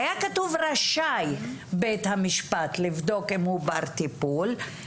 היה כתוב "רשאי בית המשפט" לבדוק אם הוא בר טיפול.